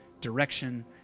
direction